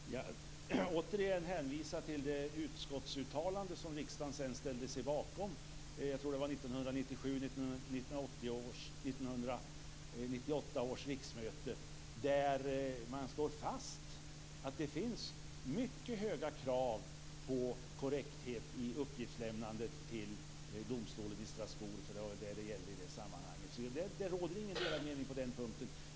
Fru talman! Återigen hänvisar jag till det utskottsuttalande som riksdagen sedan ställde sig bakom vid 1997/98 års riksmöte. Man slår där fast att det finns mycket höga krav på korrekthet i uppgiftslämnandet till domstolen i Strasbourg. Det var den det gällde i det sammanhanget. Det råder inga delade meningar på den punkten.